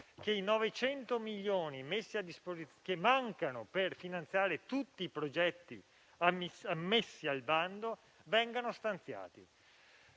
che i 900 milioni di euro che mancano per finanziare tutti i progetti ammessi al bando vengano stanziati